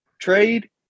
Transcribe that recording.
trade